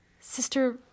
Sister